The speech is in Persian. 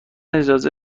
اجازه